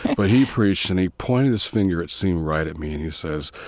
but he preached and he pointed his finger it seemed right at me and he says,